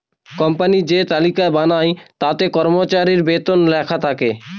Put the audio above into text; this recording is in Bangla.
কোম্পানি যে তালিকা বানায় তাতে কর্মচারীর বেতন লেখা থাকে